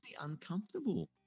uncomfortable